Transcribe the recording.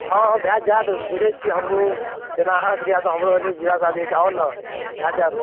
हँ हँ भऽ जाएत बुझै छिए हमहूँ जेना अहाँके बिआह तऽ हमरो ओहने बिआह शादी होइ छै आउ ने भऽ जाएत